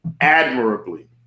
admirably